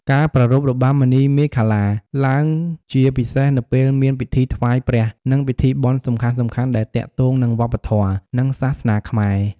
ការប្រារព្ធ របាំមុនីមាឃលា ឡើងជាពិសេសនៅពេលមានពិធីថ្វាយព្រះ និងពិធីបុណ្យសំខាន់ៗដែលទាក់ទងនឹងវប្បធម៌ និងសាសនាខ្មែរ។